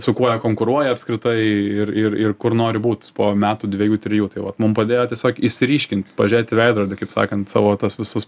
su kuo jie konkuruoja apskritai ir ir ir kur nori būt po metų dvejų trijų tai vat mum padėjo tiesiog išsiryškint pažiūrėt į veidrodį kaip sakant savo tas visus